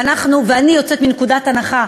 ואני יוצאת מנקודת הנחה,